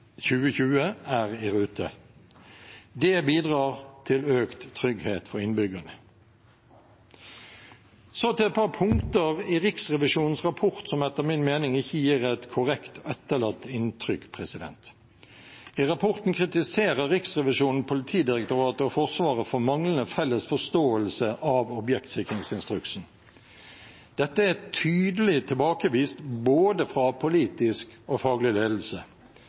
2020 er i rute. Det bidrar til økt trygghet for innbyggerne. Så til et par punkter i Riksrevisjonens rapport som etter min mening ikke gir et korrekt etterlatt inntrykk. I rapporten kritiserer Riksrevisjonen Politidirektoratet og Forsvaret for manglende felles forståelse av objektsikringsinstruksen. Dette er tydelig tilbakevist både fra politisk og faglig ledelse.